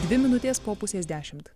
dvi minutės po pusės dešimt